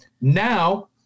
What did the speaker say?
Now